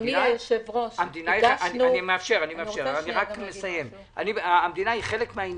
המדינה היא חלק מהעניין.